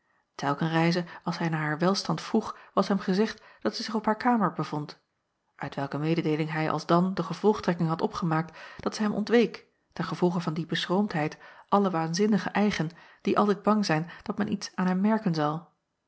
telken reize als hij naar haar welstand vroeg was hem gezegd dat zij zich op haar kamer bevond uit welke mededeeling hij alsdan de gevolgtrekking had opgemaakt dat zij hem ontweek ten gevolge van die beschroomdheid allen waanzinnigen eigen die altijd bang zijn dat men iets aan hen merken zal